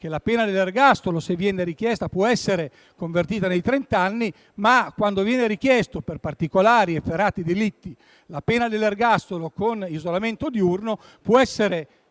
che la pena dell'ergastolo, ove richiesta, può essere convertita nei trent'anni, ma, quando viene richiesta per particolari efferati delitti, la pena dell'ergastolo con l'isolamento diurno può essere